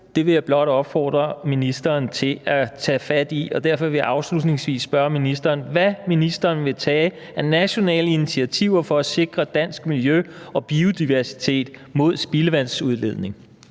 Det vil jeg blot opfordre ministeren til at tage fat i, og derfor vil jeg afslutningsvis spørge ministeren, hvad ministeren vil tage af nationale initiativer for at sikre dansk miljø og biodiversitet mod spildevandsudledning.